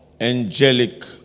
angelic